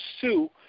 sue